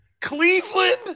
Cleveland